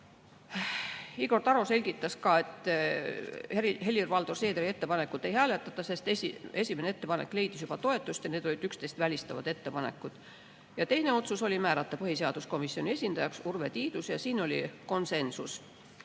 Igor Taro selgitas ka, et Helir-Valdor Seederi ettepanekut ei hääletata, sest esimene ettepanek leidis juba toetust ja need olid üksteist välistavad ettepanekud. Ja teine otsus oli määrata põhiseaduskomisjoni esindajaks Urve Tiidus, selles oli konsensus.